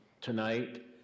tonight